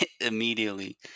immediately